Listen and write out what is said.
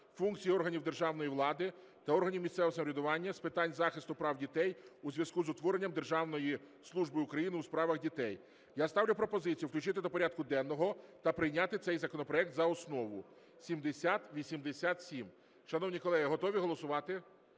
функцій органів державної влади та органів місцевого самоврядування з питань захисту прав дітей у зв’язку з утворенням Державної служби України у справах дітей. Я ставлю пропозицію включити до порядку денного та прийняти цей законопроект за основу. 7087. Шановні колеги, готові голосувати?